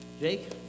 Jake